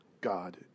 God